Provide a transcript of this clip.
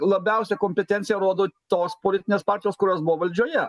labiausia kompetenciją rodo tos politinės partijos kurios buvo valdžioje